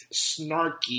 snarky